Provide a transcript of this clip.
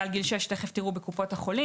מעל גיל 6 בקופות החולים.